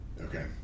okay